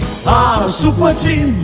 ah superteam!